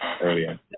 earlier